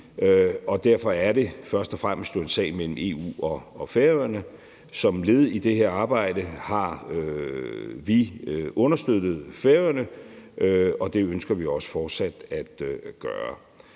derfor er det jo først og fremmest en sag mellem EU og Færøerne. Som led i det her arbejde har vi understøttet Færøerne, og det ønsker vi også fortsat at gøre.